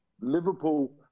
Liverpool